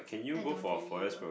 I don't really either